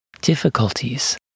difficulties